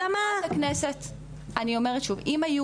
חברת הכנסת, אני אומרת שוב, אם היו